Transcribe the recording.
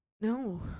no